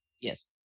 Yes